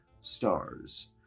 stars